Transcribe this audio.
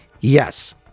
Yes